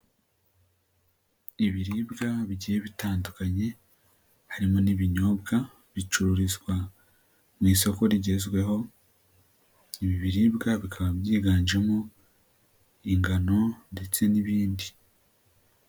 Ibiribwa bigiye bitandukanye harimo n'ibinyobwa bicururizwa mu isoko rigezweho, ibi biribwa bikaba byiganjemo ingano ndetse n'ibindi.